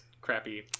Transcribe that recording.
crappy